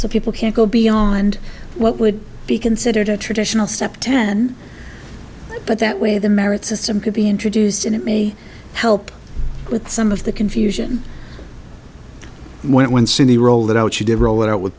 so people can't go beyond what would be considered a traditional step ten but that way the merit system could be introduced and it may help with some of the confusion when city rolled out you did roll it out with